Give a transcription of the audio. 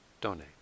donate